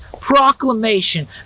proclamation